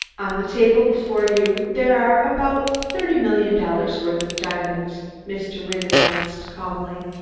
on the table before you there are about thirty million dollars' worth of diamonds, mr. wynne announced calmly.